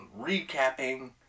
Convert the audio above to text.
recapping